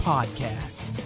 Podcast